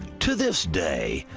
to this day,